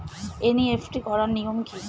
NEFT করার নিয়ম কী?